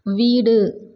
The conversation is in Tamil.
வீடு